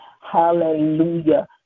Hallelujah